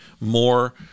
more